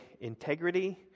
integrity